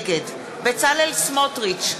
נגד בצלאל סמוטריץ,